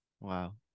Wow